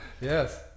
Yes